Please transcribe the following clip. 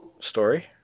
Story